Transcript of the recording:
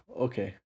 Okay